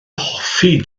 hoffi